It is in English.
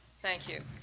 thank you.